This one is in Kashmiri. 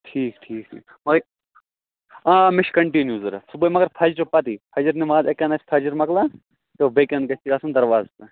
ٹھیٖک ٹھیٖک ٹھیٖک مگر آ مےٚ چھِ کَنٹِنیٛوٗ ضروٗرت صُبحٲے مگر فَجرِ پَتٕے فَجِر نٮ۪ماز اَکہِ اَنٛدٕ آسہِ فَجِر مۄکلان تہٕ بیٚکہِ اَنٛدٕ گژھِ یہِ آسُن دروازس تانۍ